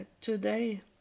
today